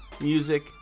music